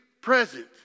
present